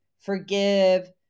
forgive